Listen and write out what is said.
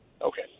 Okay